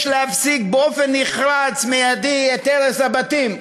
יש להפסיק באופן נחרץ ומיידי את הרס הבתים.